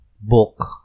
book